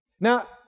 Now